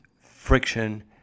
friction